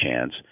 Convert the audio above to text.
chance